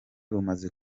rumaze